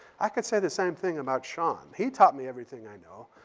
i could say the same thing about sean. he taught me everything i know.